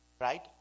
Right